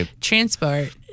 transport